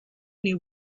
knew